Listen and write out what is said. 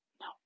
no